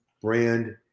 brand